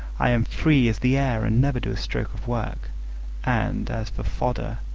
i am free as the air, and never do a stroke of work and, as for fodder,